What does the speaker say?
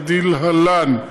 כלהלן: